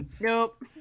Nope